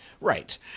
Right